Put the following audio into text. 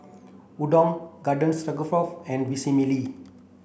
Unadon Garden Stroganoff and Vermicelli